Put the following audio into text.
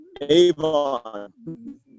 Avon